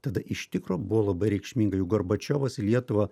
tada iš tikro buvo labai reikšminga juk gorbačiovas į lietuvą